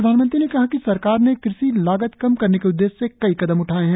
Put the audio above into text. प्रधानमंत्री ने कहा सरकार ने कृषि लागत कम करने के उद्देश्य से कई कदम उठाएं हैं